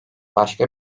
başka